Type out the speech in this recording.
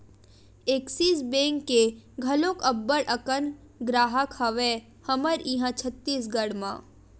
Axis bank के घलोक अब्बड़ अकन गराहक हवय हमर इहाँ छत्तीसगढ़ म